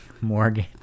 Morgan